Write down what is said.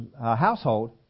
household